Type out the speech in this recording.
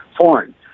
foreign